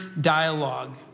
dialogue